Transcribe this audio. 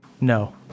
No